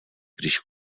když